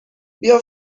بیا